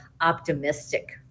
optimistic